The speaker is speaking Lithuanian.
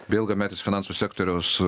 bei ilgametis finansų sektoriaus